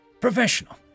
Professional